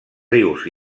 rius